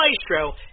Maestro